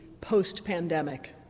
post-pandemic